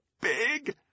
big